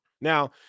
Now